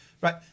right